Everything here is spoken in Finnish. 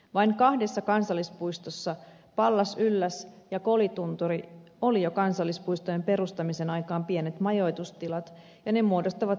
vain kahdessa kansallispuistossa pallasylläksellä ja kolitunturilla oli jo kansallispuistojen perustamisen aikaan pienet majoitustilat ja ne muodostavat siksi poikkeuksen